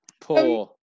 Poor